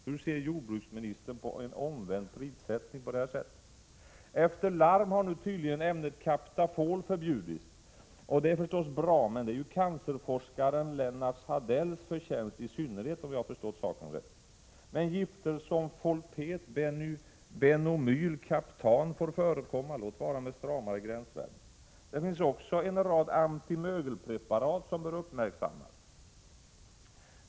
Hur ser jordbruksministern på en sådan omvänd prissättning? Efter larm har nu tydligen ämnet kaptafol förbjudits. Det är förstås bra, men det är ju i synnerhet cancerforskaren Lennart Hardells förtjänst, om jag har förstått saken rätt. Men gifter som polpet, benomyl och kaptan får förekomma, låt vara med stramare gränsvärden. Det finns också en rad antimögelpreparat som bör uppmärksammas.